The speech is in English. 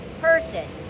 person